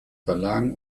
verlagen